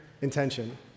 intention